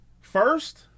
first